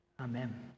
Amen